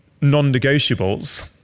non-negotiables